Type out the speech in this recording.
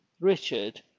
Richard